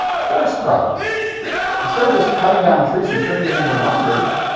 forest products instead of just cutting down trees and turning it into lumber,